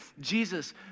Jesus